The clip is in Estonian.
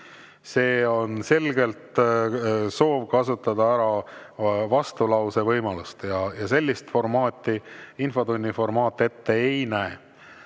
See on selgelt soov kasutada ära vastulause võimalust ja seda infotunni formaat ette ei näe.